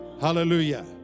hallelujah